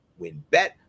winbet